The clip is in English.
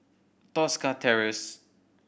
Tosca Terrace